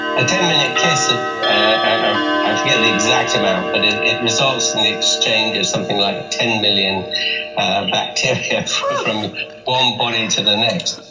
a ten-minute kiss ah ah i forget the exact amount but it it results in the exchange of something like ten million bacteria from one body to the next.